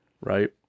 right